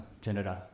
General